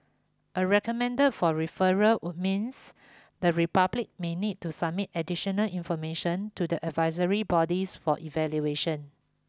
a recommended for referral would means the Republic may need to submit additional information to the advisory bodies for evaluation